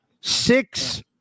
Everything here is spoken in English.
six